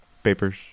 Papers